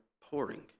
pouring